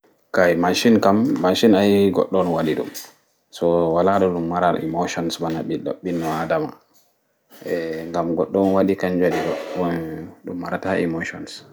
Kai macin kam goɗɗo on waɗi ɗum so wala no ɗum mara emotions ɓana inno aɗama ngam goɗɗo on waɗi kanju waɗi ɗum marata emotions